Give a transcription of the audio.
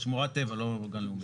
שמורת טבע, לא גן לאומי.